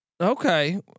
Okay